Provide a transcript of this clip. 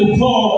call